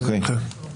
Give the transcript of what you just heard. אוקיי.